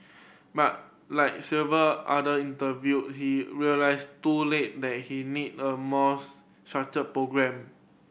but like several other interviewed he realised too late that he needed a more structured programme